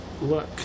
look